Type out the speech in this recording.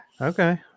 Okay